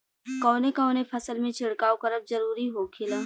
कवने कवने फसल में छिड़काव करब जरूरी होखेला?